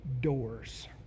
doors